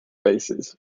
bases